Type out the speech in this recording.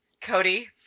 Cody